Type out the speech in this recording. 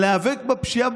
להיאבק בפשיעה,